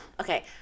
Okay